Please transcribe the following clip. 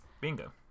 bingo